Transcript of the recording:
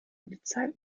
polizei